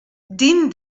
din